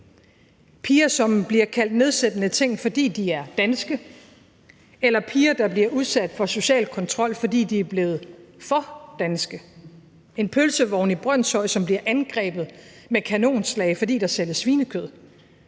piger, som bliver kaldt nedsættende ting, fordi de er danske, eller piger, der bliver udsat for social kontrol, fordi de er blevet for danske. Der er en pølsevogn i Brønshøj, som bliver angrebet med kanonslag, fordi der sælges svinekød.